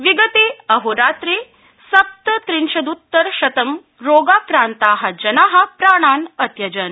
विगते अहोरात्रे सप्तत्रिंशदुत्तर शतं रोगाक्रान्ता जना प्राणान् अत्यजन्